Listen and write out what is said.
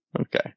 Okay